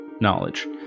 knowledge